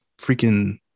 freaking